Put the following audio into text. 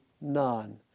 none